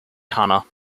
kana